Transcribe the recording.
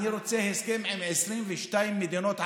אני רוצה הסכם עם 22 מדינות ערב,